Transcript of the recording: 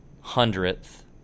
hundredth